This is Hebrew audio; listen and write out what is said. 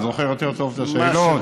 אני זוכר יותר טוב את השאלות.